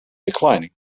declining